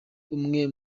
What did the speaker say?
umwe